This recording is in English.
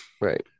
right